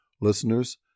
Listeners